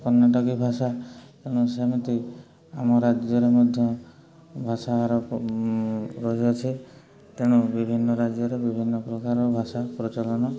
କର୍ଣ୍ଣାଟକୀ ଭାଷା ତେଣୁ ସେମିତି ଆମ ରାଜ୍ୟରେ ମଧ୍ୟ ଭାଷାର ଅଛି ତେଣୁ ବିଭିନ୍ନ ରାଜ୍ୟରେ ବିଭିନ୍ନ ପ୍ରକାର ଭାଷା ପ୍ରଚଳନ